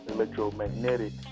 Electromagnetic